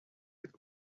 with